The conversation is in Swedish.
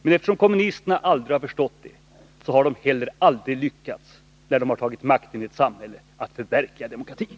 Men eftersom kommunisterna aldrig har förstått det har de heller aldrig lyckats, när de har tagit makten i ett samhälle, att förverkliga demokratin.